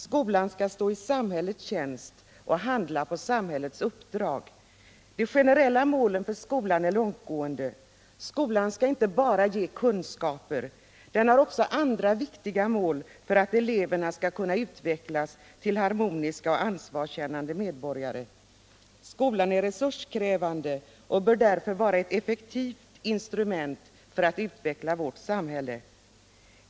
Skolan skall stå i samhällets tjänst och handla på samhällets uppdrag. De generella målen för skolan är långtgående: skolan skall inte bara ge kunskaper, utan den har också som ett annat viktigt mål att eleverna skall utvecklas till harmoniska och ansvarskännande medborgare. Skolan är resurskrävande och bör därför vara ett effektivt instrument för att utveckla vårt samhälle.